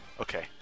Okay